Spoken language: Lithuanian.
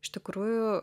iš tikrųjų